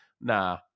nah